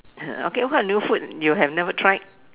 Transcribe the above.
okay what new food you have never tried